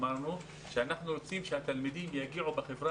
אמרנו שאנחנו רוצים שהתלמידים בחברה